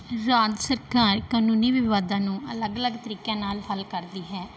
ਰਾਜ ਸਰਕਾਰ ਕਾਨੂੰਨੀ ਵਿਵਾਦਾਂ ਨੂੰ ਅਲੱਗ ਅਲੱਗ ਤਰੀਕਿਆਂ ਨਾਲ ਹੱਲ ਕਰਦੀ ਹੈ